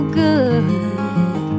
good